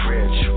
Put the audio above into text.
Rich